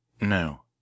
No